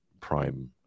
prime